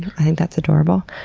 i think that's adorable,